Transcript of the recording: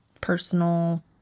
personal